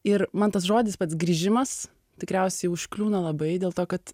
ir man tas žodis pats grįžimas tikriausiai užkliūna labai dėl to kad